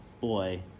boy